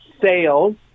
sales